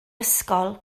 ysgol